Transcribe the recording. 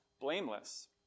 blameless